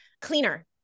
Cleaner